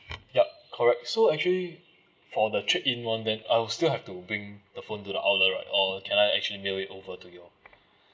yup correct so actually for the trade in [one] then I will still have to bring the phone to the outlet right or can I actually mail it over to you